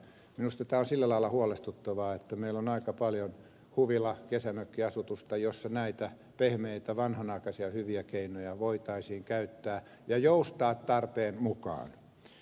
minusta tämä on sillä lailla huolestuttavaa että meillä on aika paljon huvila ja kesämökkiasutusta jossa näitä pehmeitä vanhanaikaisia hyviä keinoja voitaisiin käyttää ja joustaa tarpeen mukaan